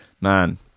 man